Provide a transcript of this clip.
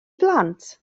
blant